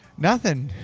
nothing.